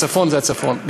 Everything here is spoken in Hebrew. הצפון זה הצפון.